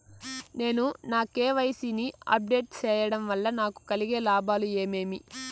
నేను నా కె.వై.సి ని అప్ డేట్ సేయడం వల్ల నాకు కలిగే లాభాలు ఏమేమీ?